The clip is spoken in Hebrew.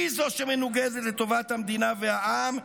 היא שמנוגדת לטובת המדינה והעם,